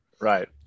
Right